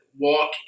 Walk